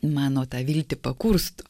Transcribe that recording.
mano tą viltį pakursto